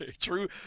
true